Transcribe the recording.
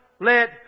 let